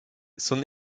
son